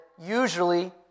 usually